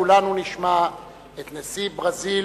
כולנו נשמע את נשיא ברזיל,